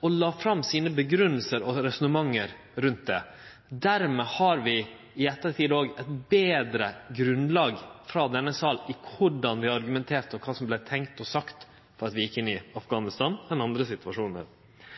og la fram si grunngjeving og sine resonnement rundt det. Dermed har vi frå denne salen i ettertid òg eit betre grunnlag for å vite korleis vi argumenterte, og kva som vart tenkt og sagt før vi gjekk inn i Afghanistan, enn vi har i andre situasjonar.